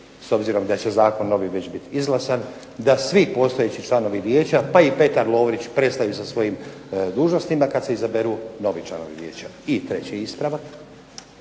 s obzirom da će zakon novi već biti izglasan, da svi postojeći članovi Vijeća, pa i Petar Lovrić prestaju sa svojim dužnostima kad se izaberu novi članovi Vijeća. I treći ispravak.